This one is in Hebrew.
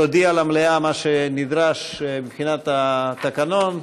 תודיע למליאה את מה שנדרש מבחינת התקנון,